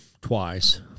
twice